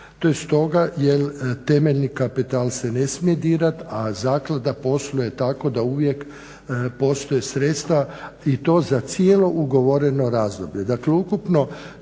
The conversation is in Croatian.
To je stoga jel temeljni kapital se ne smije dirat, a zaklada posluje tako da uvijek postoje sredstva i to za cijelo ugovoreno razdoblje.